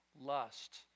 lust